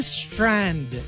strand